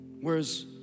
Whereas